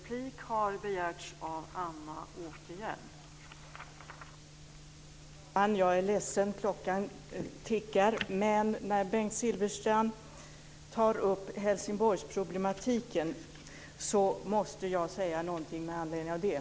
Fru talman! Jag är ledsen, klockan tickar, men när Bengt Silfverstrand tar upp Helsingborgsproblematiken måste jag säga någonting med anledning av detta.